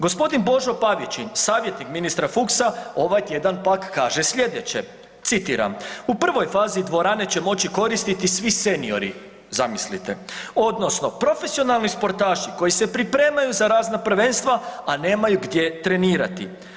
Gospodin Božo Pavičin savjetnik ministra Fuchsa ovaj tjedan pak kaže sljedeće, citiram: „U prvoj fazi dvorane će moći koristiti svi seniori“, zamislite „odnosno profesionalni sportaši koji se pripremaju za razna prvenstva, a nemaju gdje trenirati.